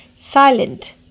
silent